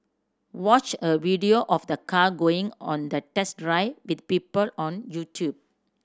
watch a video of the car going on a test drive with people on YouTube